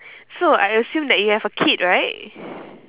so I assume that you have a kid right